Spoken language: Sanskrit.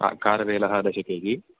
हा खारवेलः दश केजि